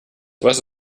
was